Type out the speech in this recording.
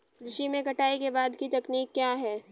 कृषि में कटाई के बाद की तकनीक क्या है?